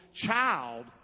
child